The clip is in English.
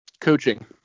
Coaching